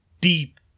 deep